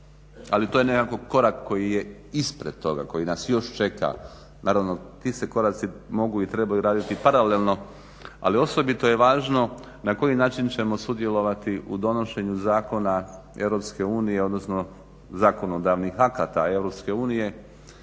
ali to je nekako korak koji je ispred toga, koji nas još čeka. Naravno ti se koraci mogu i trebaju raditi paralelno. Ali osobito je važno na koji način ćemo sudjelovati u donošenju zakon Europske unije odnosno zakonodavnih akata Europske unije.